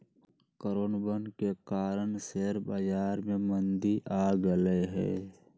कोरोनवन के कारण शेयर बाजार में मंदी आ गईले है